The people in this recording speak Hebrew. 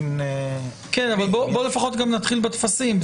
בואו לפחות נתחיל בטפסים.